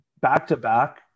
back-to-back